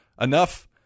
enough